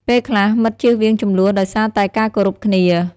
ពេលខ្លះ មិត្តជៀសវាងជម្លោះដោយសារតែការគោរពគ្នា។